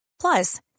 Plus